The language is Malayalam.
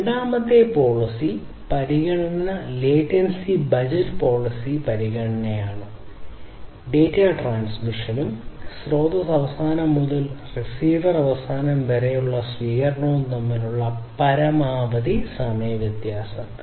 രണ്ടാമത്തെ പോളിസി പരിഗണന ലേറ്റൻസി ബജറ്റ് പോളിസി പരിഗണനയാണ് ഡാറ്റാ ട്രാൻസ്മിഷനും സ്രോതസ്സ് അവസാനം മുതൽ റിസീവർ അവസാനം വരെയുള്ള സ്വീകരണവും തമ്മിലുള്ള പരമാവധി സമയ വ്യത്യാസം